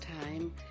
time